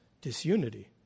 disunity